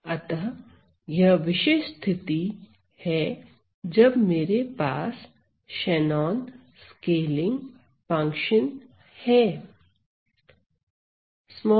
अतः वह विशिष्ट स्थिति है जब मेरे पास शेनॉन स्केलिंग फंक्शन है